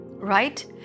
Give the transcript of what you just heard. right